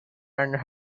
and